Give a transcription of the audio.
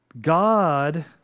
God